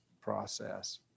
process